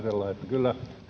kyllä